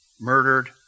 murdered